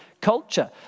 Culture